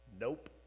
Nope